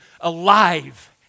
alive